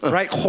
Right